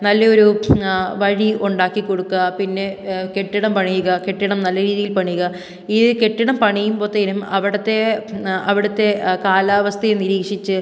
നല്ല ഒരു വഴി ഉണ്ടാക്കി കൊടുക്കുക പിന്നെ കെട്ടിടം പണിയുക കെട്ടിടം നല്ല രീതിയിൽ പണിയുക ഈ കെട്ടിടം പണിയുമ്പത്തേക്കും അവിടുത്തെ അവിടുത്തെ കാലാവസ്ഥയെ നിരീക്ഷിച്ച്